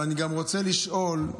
אבל אני רוצה לשאול: